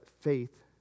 faith